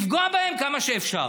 לפגוע בהם כמה שאפשר.